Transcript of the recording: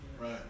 right